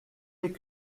est